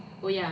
mm